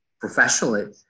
professionally